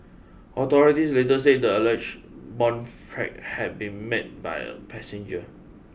authorities later said the alleged bomb threat had been make by a passenger